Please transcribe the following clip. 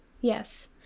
Yes